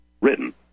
written